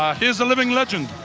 he's a living legend.